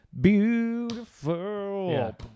Beautiful